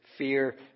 fear